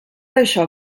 això